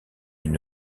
une